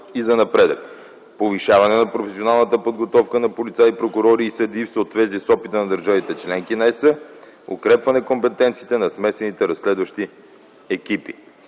й за напредъка, повишаване на професионалната подготовка на полицаи, прокурори и съдии в съответствие с опита на държавите - членки на Европейския съюз, укрепване на компетенциите на смесените разследващи екипи.